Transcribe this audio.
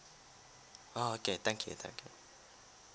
oh okay thank you thank you